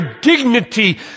dignity